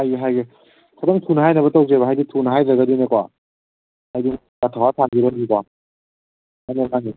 ꯍꯥꯏꯒꯦ ꯍꯥꯏꯒꯦ ꯈꯩꯇꯪ ꯊꯨꯅ ꯍꯥꯏꯅꯕ ꯇꯧꯖꯦꯕ ꯍꯥꯏꯗꯤ ꯊꯨꯅ ꯍꯥꯏꯗ꯭ꯔꯒꯗꯤꯅꯦꯀꯣ ꯍꯥꯏꯗꯤ ꯊꯋꯥ ꯁꯥꯕꯤꯔꯛꯑꯣꯏꯕꯀꯣ ꯃꯥꯅꯦ ꯃꯥꯅꯦ